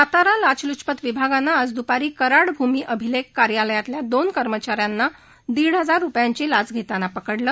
सातारा लाच लुचपत विभागानं आज दुपारी कराड भूमि अभिलेख कार्यालायतल्या दोन कर्मचा यांना दीड हजार रूपयांची लाच घेताना पकइलं